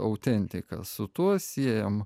autentika su tuo siejam